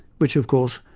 which, of course,